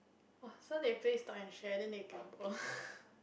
!wah! so they play stock and share then they get poor